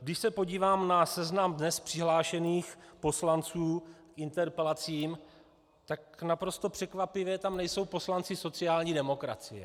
Když se podívám na seznam dnes přihlášených poslanců k interpelacím, tak naprosto překvapivě tam nejsou poslanci sociální demokracie.